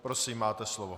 Prosím, máte slovo.